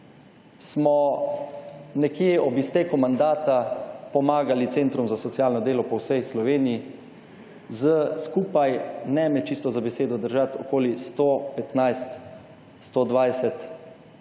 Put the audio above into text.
smo nekje ob izteku mandata pomagali centrom za socialno delo po vsej Sloveniji s skupaj, ne me čisto za besedo držati, okoli 115, 120 kvotami